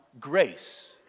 grace